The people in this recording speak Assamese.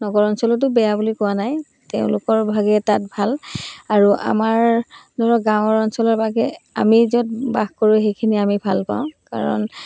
নগৰ অঞ্চলতো বেয়া বুলি কোৱা নাই তেওঁলোকৰ ভাগে তাত ভাল আৰু আমাৰ ধৰক গাঁৱৰ অঞ্চলৰ ভাগে আমি য'ত বাস কৰোঁ সেইখিনি আমি ভালপাওঁ কাৰণ